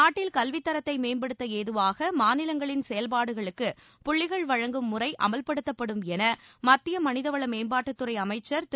நாட்டில் கல்வித் தரத்தை மேம்படுத்த ஏதுவாக மாநிலங்களின் செயல்பாடுகளுக்கு புள்ளிகள் வழங்கும் முறை அமவ்படுத்தப்படும் என மத்திய மனிதவள மேம்பாட்டுத்துறை அமைச்சர் திரு